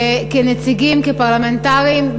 כנציגים, כפרלמנטרים.